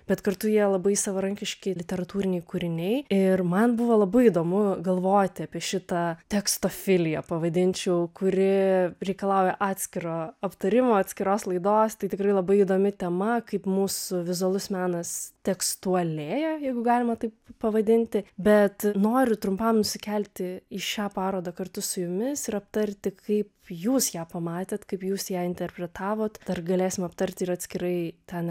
bet kartu jie labai savarankiški literatūriniai kūriniai ir man buvo labai įdomu galvoti apie šitą tekstofiliją pavadinčiau kuri reikalauja atskiro aptarimo atskiros laidos tai tikrai labai įdomi tema kaip mūsų vizualus menas tekstualėja jeigu galima taip pavadinti bet noriu trumpam nusikelti į šią parodą kartu su jumis ir aptarti kaip jūs ją pamatėt kaip jūs ją interpretavot dar galėsim aptarti ir atskirai ten